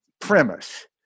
premise